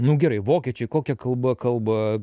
nu gerai vokiečiai kokia kalba kalba